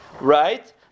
right